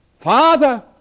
Father